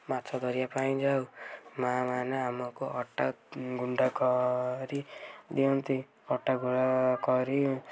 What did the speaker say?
ମାଛ ଧରିବା ପାଇଁ ଯାଉ ମାଆମାନେ ଆମକୁ ଅଟା ଗୁଣ୍ଡା କରି ଦିଅନ୍ତି ଅଟା ଗୁଳା କରି